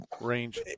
range